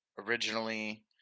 originally